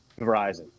Verizon